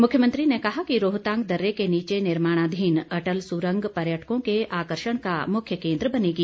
मुख्यमंत्री ने कहा कि रोहतांग दर्रे के नीच निर्माणाधीन अटल सुरंग पर्यटकों के आकर्षण का मुख्य केन्द्र बनेगी